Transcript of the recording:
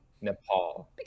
Nepal